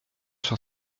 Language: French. sur